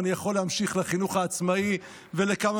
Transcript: ואני יכול להמשיך לחינוך העצמאי ולכמה